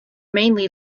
mainly